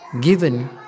given